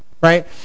right